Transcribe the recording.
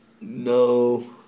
No